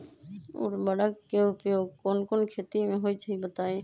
उर्वरक के उपयोग कौन कौन खेती मे होई छई बताई?